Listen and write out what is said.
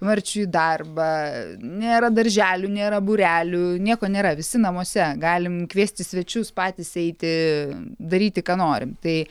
marčiui į darbą nėra darželių nėra būrelių nieko nėra visi namuose galim kviestis svečius patys eiti daryti ką norim tai